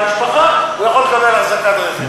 מהמשפחה, הוא יכול לקבל אחזקת רכב.